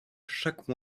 chaque